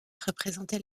représentait